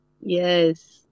Yes